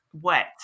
wet